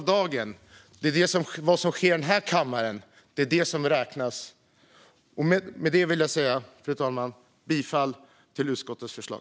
Det är vad som sker i den här kammaren i slutet av dagen som räknas. Fru talman! Jag yrkar bifall till utskottets förslag.